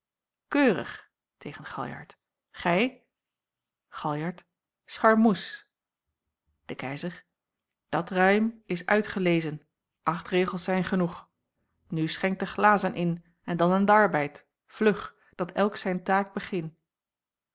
tegen galjart gij galjart scharmoes de keizer dat rijm is uitgelezen acht regels zijn genoeg nu schenkt de glazen in en dan aan d'arbeid vlug dat elk zijn taak